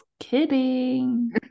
Kidding